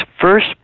first